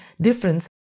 difference